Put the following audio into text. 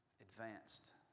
advanced